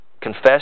Confess